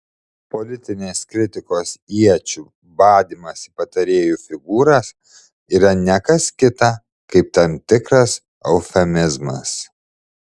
politinės kritikos iečių badymas į patarėjų figūras yra ne kas kita kaip tam tikras eufemizmas